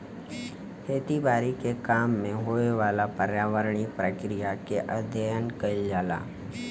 खेती बारी के काम में होए वाला पर्यावरणीय प्रक्रिया के अध्ययन कइल जाला